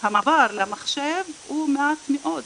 מ-2015 הנתונים מראים שהמעבר למחשב הוא מעט מאוד,